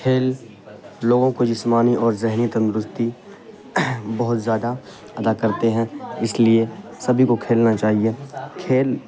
کھیل لوگوں کو جسمانی اور ذہنی تندرستی بہت زیادہ ادا کرتے ہیں اس لیے سبھی کو کھیلنا چاہیے کھیل